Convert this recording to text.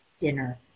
dinner